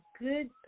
good